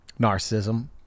narcissism